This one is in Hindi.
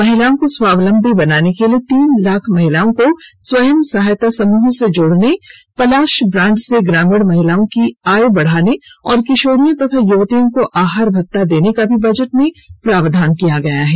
महिलाओं को स्वावलंबी बनाने के लिए तीन लाख महिलाओं को स्वयं सहायता समूह से जोड़ने पलाश ब्रांड से ग्रामीण महिलाओं की आय बढ़ाने और किशोरियों और युवतियों को आहार भत्ता देने का भी बजट में प्रावधान किया गया है